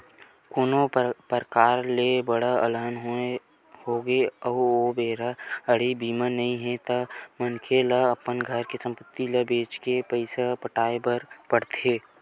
कोनो परकार ले बड़का अलहन होगे अउ ओ बेरा म गाड़ी बीमा नइ हे ता मनखे ल अपन घर के संपत्ति ल बेंच के पइसा पटाय बर पड़थे